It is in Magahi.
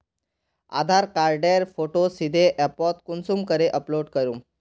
आधार कार्डेर फोटो सीधे ऐपोत कुंसम करे अपलोड करूम?